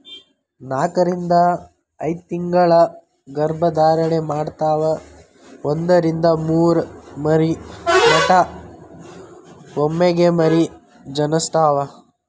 ನಾಕರಿಂದ ಐದತಿಂಗಳ ಗರ್ಭ ಧಾರಣೆ ಮಾಡತಾವ ಒಂದರಿಂದ ಮೂರ ಮರಿ ಮಟಾ ಒಮ್ಮೆಗೆ ಮರಿ ಜನಸ್ತಾವ